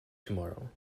tomorrow